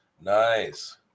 Nice